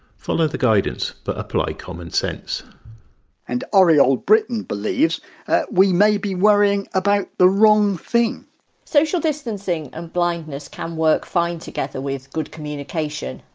follow the guidance but apply common sense and oriel britton believes we may be worrying about the wrong thing social distancing and blindness can work fine together with good communication.